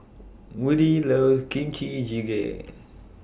Woodie loves Kimchi Jjigae